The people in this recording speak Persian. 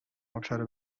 ابشار